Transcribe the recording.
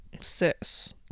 Sis